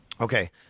Okay